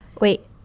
wait